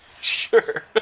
Sure